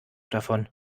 davon